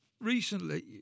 recently